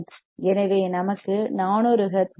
எனவே நமக்கு 400 ஹெர்ட்ஸ் கிடைக்கும்